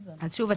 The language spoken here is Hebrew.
שוב,